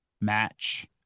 match